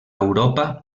europa